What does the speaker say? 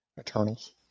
Eternals